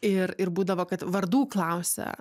ir ir būdavo kad vardų klausia